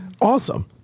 Awesome